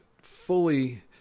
fully